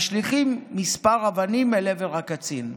משליכים כמה אבנים אל עבר הקצין.